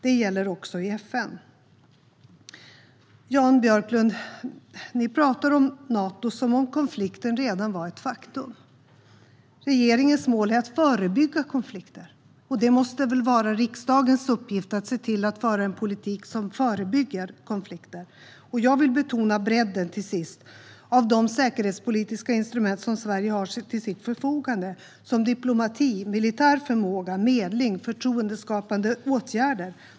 Det gäller också i FN. Jan Björklund! Du talar om Nato som om konflikten redan var ett faktum. Regeringens mål är att förebygga konflikter. Och riksdagens uppgift måste väl vara att föra en politik som förebygger konflikter. Jag vill till sist betona bredden av de säkerhetspolitiska instrument som Sverige har till sitt förfogande, såsom diplomati, militär förmåga, medling och förtroendeskapande åtgärder.